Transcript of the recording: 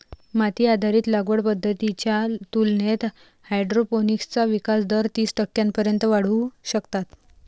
माती आधारित लागवड पद्धतींच्या तुलनेत हायड्रोपोनिक्सचा विकास दर तीस टक्क्यांपर्यंत वाढवू शकतात